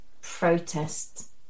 protest